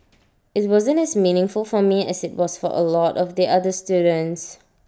IT wasn't as meaningful for me as IT was for A lot of the other students